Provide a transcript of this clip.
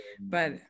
but-